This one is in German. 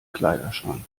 kleiderschrank